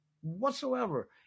whatsoever